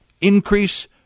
increase